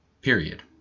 period